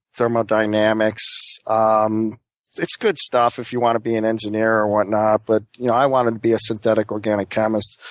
thermodynamics. ah um it's good stuff if you want to be an engineer or whatnot but you know i want to be a synthetic organic chemist.